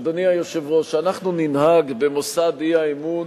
אדוני היושב-ראש, שאנחנו ננהג במוסד האי-אמון